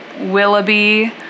Willoughby